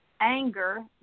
Anger